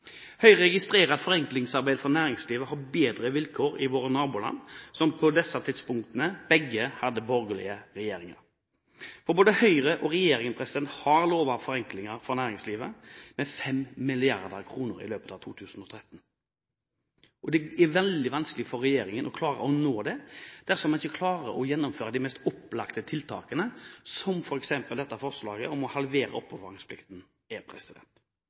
Høyre registrerer at forenklingsarbeidet for næringslivet har bedre vilkår i våre naboland, som på de tidspunktene endringene ble vedtatt, begge hadde borgerlige regjeringer. Både Høyre og regjeringen har lovet forenklinger for næringslivet med 5 mrd. kr i løpet av 2013. Det er veldig vanskelig for regjeringen å klare det dersom den ikke klarer å gjennomføre de mest opplagte tiltakene, slik som f.eks. forslaget om å halvere